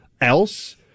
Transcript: else